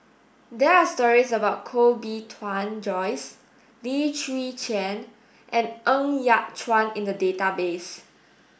there are stories about Koh Bee Tuan Joyce Lim Chwee Chian and Ng Yat Chuan in the database